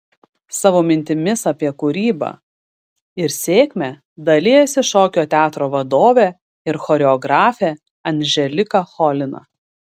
savo mintimis apie kūrybą ir sėkmę dalijasi šokio teatro vadovė ir choreografė anželika cholina